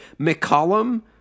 McCollum